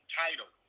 title